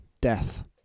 Death